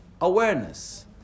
awareness